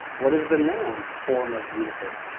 what is the noun form of beautiful?